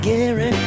Gary